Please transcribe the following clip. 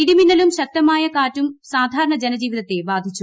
ഇടിമിന്നലും ശക്തമായ കാറ്റും സാധാരണ ജനജീവിതത്തെ ബാധിച്ചു